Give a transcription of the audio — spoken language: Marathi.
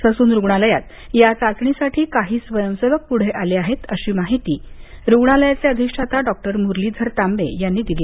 ससून रुग्णालयात या चाचणीसाठी काही स्वयंसेवक पुढे आले आहेत अशी माहिती रुग्णालयाचे अधिष्ठाता डॉक्टर मुरलीधर तांबे दिली